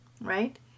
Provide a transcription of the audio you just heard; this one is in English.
right